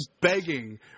begging